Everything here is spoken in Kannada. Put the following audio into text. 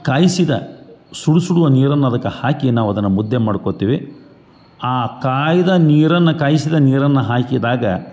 ಕಾಯಿಸಿದ ಸುಡು ಸುಡುವ ನೀರನ್ನ ಅದಕ್ಕೆ ಹಾಕಿ ನಾವು ಅದನ್ನು ಮುದ್ದೆ ಮಾಡ್ಕೊತೀವಿ ಆ ಕಾಯ್ದ ನೀರನ್ನು ಕಾಯಿಸಿದ ನೀರನ್ನು ಹಾಕಿದಾಗ